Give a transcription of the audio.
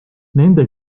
nende